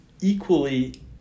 equally